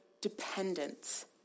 dependence